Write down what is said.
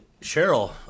Cheryl